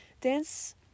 dance